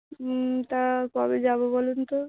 তা কবে যাবো বলুন তো